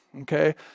okay